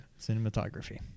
Cinematography